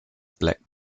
black